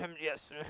Yes